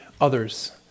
others